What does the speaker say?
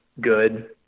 good